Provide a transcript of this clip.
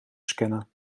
scannen